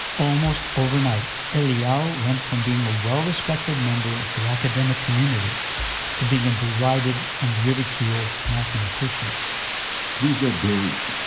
almost overnight eliyahu went from being a well-respected member of the academic community to being a derided and ridiculed mathematician we were buried.